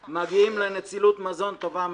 להבוקר 800,000 עופות מעל 50 יום, שזה הפסד טוטלי.